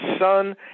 son